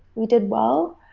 we did well.